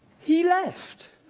he left.